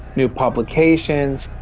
new publications,